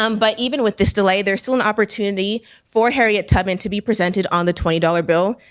um but even with this delay, there's still an opportunity for harriet tubman to be presented on the twenty dollars bill.